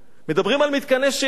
מדברים על מתקני שהייה.